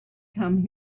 come